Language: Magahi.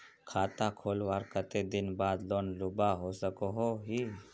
खाता खोलवार कते दिन बाद लोन लुबा सकोहो ही?